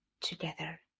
together